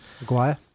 Maguire